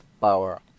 power